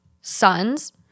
sons